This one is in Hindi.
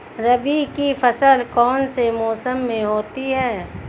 रबी की फसल कौन से मौसम में होती है?